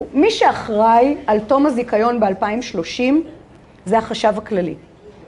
מי שאחראי על תום הזיכיון ב-2030 זה החשב הכללי.